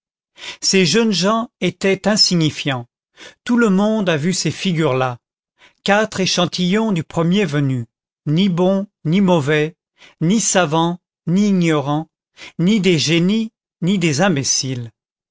ces jeunes gens étaient insignifiants tout le monde a vu ces figures là quatre échantillons du premier venu ni bons ni mauvais ni savants ni ignorants ni des génies ni des imbéciles